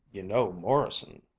you know morrison?